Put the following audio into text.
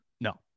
No